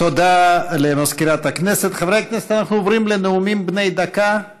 5 נאומים בני דקה 5